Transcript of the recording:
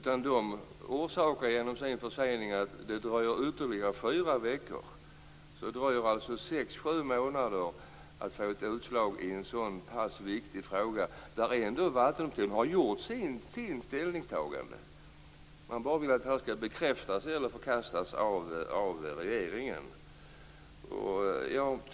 Banverket orsakar genom sin försening att det dröjer ytterligare fyra veckor. Det dröjer alltså sex sju månader att få ett utslag i en så pass viktig fråga. Och då har ändå Vattendomstolen gjort sitt ställningstagande och vill bara att det skall bekräftas eller förkastas av regeringen.